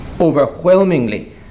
Overwhelmingly